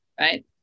right